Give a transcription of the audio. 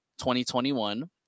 2021